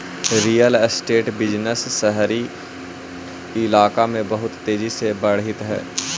real estate business शहरी कइलाका में बहुत तेजी से बढ़ित हई